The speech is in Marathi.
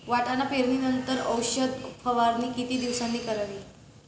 वाटाणा पेरणी नंतर औषध फवारणी किती दिवसांनी करावी?